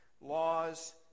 laws